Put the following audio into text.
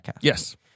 Yes